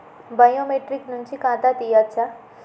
Biometric నుంచి ఖాతా తీయచ్చా?